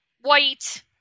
white